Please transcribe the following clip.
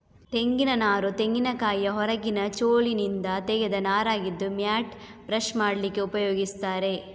ತೆಂಗಿನ ನಾರು ತೆಂಗಿನಕಾಯಿಯ ಹೊರಗಿನ ಚೋಲಿನಿಂದ ತೆಗೆದ ನಾರಾಗಿದ್ದು ಮ್ಯಾಟ್, ಬ್ರಷ್ ಮಾಡ್ಲಿಕ್ಕೆ ಉಪಯೋಗಿಸ್ತಾರೆ